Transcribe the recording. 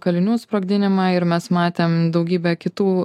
kalinių sprogdinimą ir mes matėm daugybę kitų